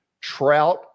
Trout